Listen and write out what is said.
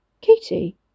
Katie